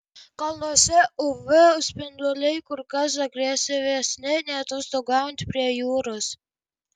kalnuose uv spinduliai kur kas agresyvesni nei atostogaujant prie jūros